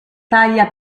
taglia